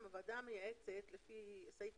בחוק